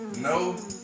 No